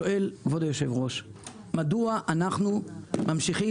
שואל כבוד היושב-ראש מדוע אנחנו ממשיכים